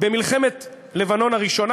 במלחמת לבנון הראשונה,